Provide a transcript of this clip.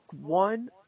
one